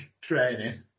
training